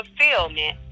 fulfillment